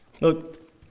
Look